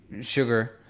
sugar